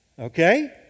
okay